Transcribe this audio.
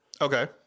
Okay